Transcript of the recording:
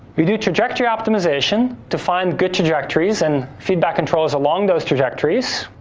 we do trajectory optimization to find good trajectories and feedback controls along those trajectories,